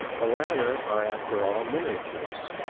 the latter are after all miniatures,